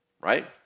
right